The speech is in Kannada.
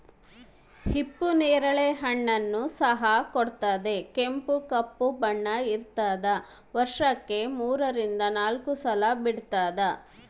ಹಿಪ್ಪು ನೇರಳೆ ಹಣ್ಣನ್ನು ಸಹ ಕೊಡುತ್ತದೆ ಕೆಂಪು ಕಪ್ಪು ಬಣ್ಣ ಇರ್ತಾದ ವರ್ಷಕ್ಕೆ ಮೂರರಿಂದ ನಾಲ್ಕು ಸಲ ಬಿಡ್ತಾದ